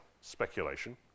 Speculation